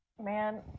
Man